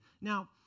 now